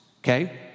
okay